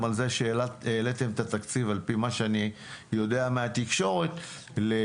על זה שהעליתם את התקציב על פי מה שאני יודע מהתקשורת ל-482